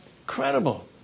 Incredible